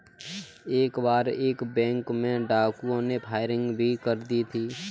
एक बार एक बैंक में डाकुओं ने फायरिंग भी कर दी थी